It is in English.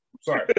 Sorry